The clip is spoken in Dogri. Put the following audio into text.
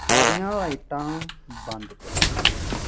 सारियां लाइटां बंद करो